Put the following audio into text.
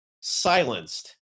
silenced